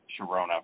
Sharona